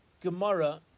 Gemara